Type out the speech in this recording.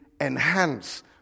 enhance